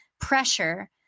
pressure